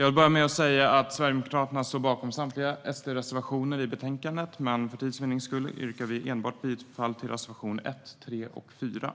Herr talman! Sverigedemokraterna står givetvis bakom samtliga SD-reservationer i betänkandet, men för tids vinnande yrkar jag bifall enbart till reservationerna 1, 3 och 4.